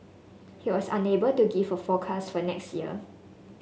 he was unable to give a forecast for next year